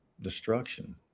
destruction